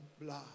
blood